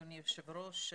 אדוני היושב ראש,